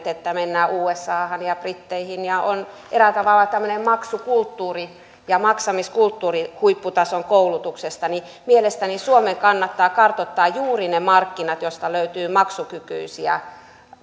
että mennään usahan ja britteihin ja on eräällä tavalla tällainen maksukulttuuri ja maksamiskulttuuri huipputason koulutuksesta ja mielestäni suomen kannattaa kartoittaa juuri ne markkinat joista löytyy maksukykyisiä